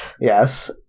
Yes